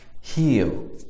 heal